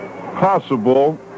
possible